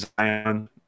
Zion